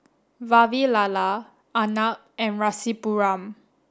Vavilala Arnab and Rasipuram